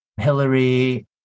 Hillary